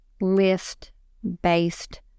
list-based